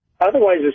otherwise